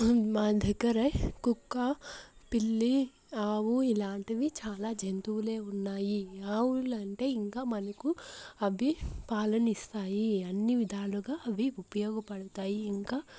మా దగ్గర కుక్క పిల్లి ఆవు ఇలాంటివి చాలా జంతువులే ఉన్నాయి ఆవులంటే ఇంకా మనకు అవి పాలను ఇస్తాయి అన్నీ విధాలుగా అవి ఉపయోగపడతాయి ఇంకా